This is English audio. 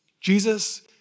Jesus